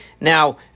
Now